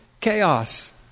chaos